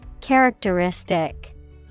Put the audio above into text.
Characteristic